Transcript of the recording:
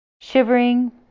shivering